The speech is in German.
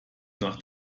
nach